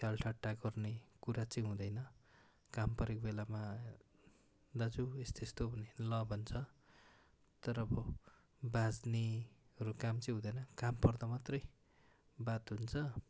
ख्यालठट्टा गर्ने कुरा चाहिँ हुँदैन काम परेको बेलामा दाजु यस्तो यस्तो ल भन्छ तर अब बाझ्नेहरू काम चाहिँ हुँदैन काम पर्दा मात्रै बात हुन्छ